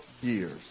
years